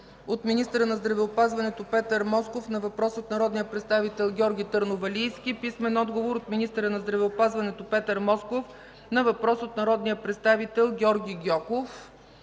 - министъра на здравеопазването Петър Москов на въпрос от народния представител Георги Търновалийски; - министъра на здравеопазването Петър Москов на въпрос от народния представител Георги Гьоков;